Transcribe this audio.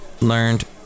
Learned